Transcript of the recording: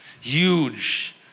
huge